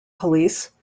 police